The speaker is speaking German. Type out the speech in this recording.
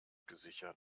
gesichert